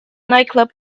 nightclub